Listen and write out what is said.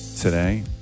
Today